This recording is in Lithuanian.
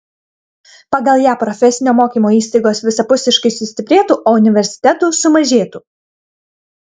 pagal ją profesinio mokymo įstaigos visapusiškai sustiprėtų o universitetų sumažėtų